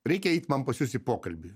reikia eit man pas jus į pokalbį